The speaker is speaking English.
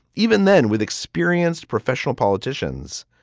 even then, with experienced professional politicians,